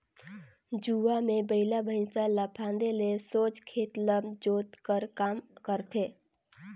जुवा मे बइला भइसा ल फादे ले सोझ खेत ल जोत कर काम करथे